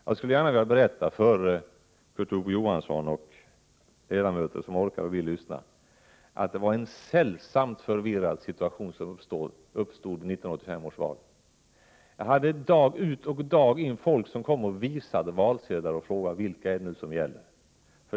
Jag kan berätta för Kurt Ove Johansson och övriga ledamöter som vill lyssna, att det uppstod en sällsamt förvirrad situation vid 1985 års val. Dag ut och dag in kom folk och visade mig valsedlar samt frågade vilka som gällde.